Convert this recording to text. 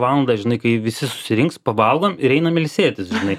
valandą žinai kai visi susirinks pavalgom ir einame ilsėtis žinai